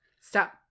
Stop